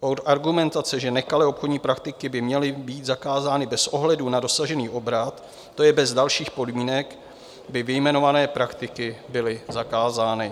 Od argumentace, že nekalé obchodní praktiky by měly být zakázány bez ohledu na dosažený obrat, to je bez dalších podmínek, by vyjmenované praktiky byly zakázány.